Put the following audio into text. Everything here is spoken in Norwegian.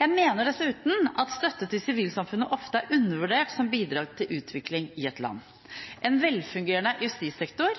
Jeg mener dessuten at støtte til sivilsamfunnet ofte er undervurdert som bidrag til utvikling i et land. En velfungerende justissektor,